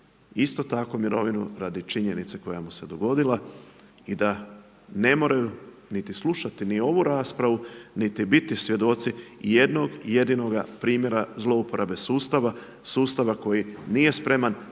isto tako mirovinu radi činjenice koja mu se dogodila i da ne moraju niti slušati ni ovu raspravu niti biti svjedoci jednog jedinoga primjera zlouporabe sustava koji nije spreman